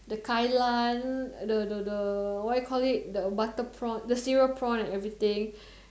the kai-lan the the the what you call it the cereal prawn and everything